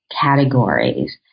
categories